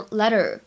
letter